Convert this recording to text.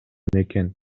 экен